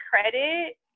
credit